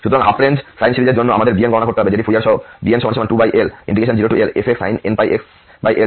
সুতরাং half range sine সিরিজের জন্য আমাদে bn রগণনা করতে হবে যেটি ফুরিয়ার সহগ bn2l0lfxsin nπxl dx